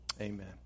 Amen